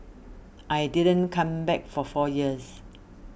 I didn't come back for four years